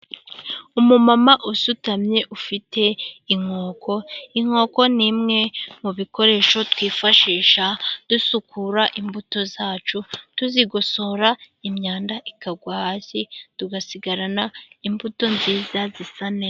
Umumama usutamye ufite inkoko, inkoko n'imwe mu bikoresho, twifashisha dusukura imbuto zacu. Turazigosora imyanda ikagwa hasi, tugasigarana imbuto nziza zisa neza.